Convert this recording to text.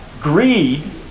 Greed